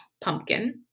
Pumpkin